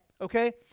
Okay